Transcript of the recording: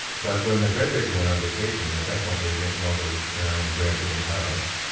but when their bread baker went on vacation at that point they were making all their their own bread in-house